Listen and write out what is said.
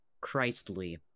christly